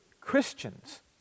Christians